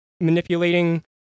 manipulating